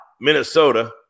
Minnesota